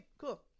cool